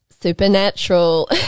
Supernatural